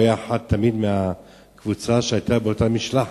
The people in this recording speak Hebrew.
הוא היה תמיד אחד מהקבוצה שהיתה באותה משלחת.